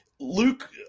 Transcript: Luke